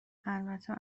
البته